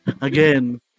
Again